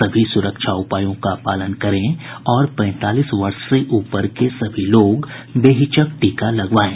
सभी सुरक्षा उपायों का पालन करें और पैंतालीस वर्ष से ऊपर के सभी लोग बेहिचक टीका लगवाएं